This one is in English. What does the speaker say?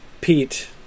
pete